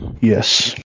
Yes